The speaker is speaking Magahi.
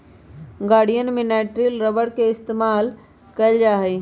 गड़ीयन में नाइट्रिल रबर के इस्तेमाल कइल जा हई